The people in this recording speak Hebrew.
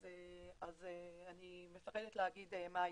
אז אני מפחדת להגיד מה יהיה.